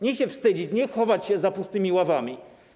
Nie się wstydzić, nie chować się za pustymi ławami.